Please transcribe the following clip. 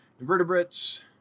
Invertebrates